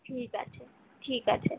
ঠিক আছে ঠিক আছে